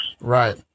Right